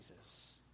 jesus